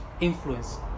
influence